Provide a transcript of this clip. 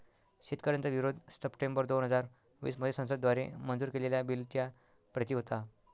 शेतकऱ्यांचा विरोध सप्टेंबर दोन हजार वीस मध्ये संसद द्वारे मंजूर केलेल्या बिलच्या प्रति होता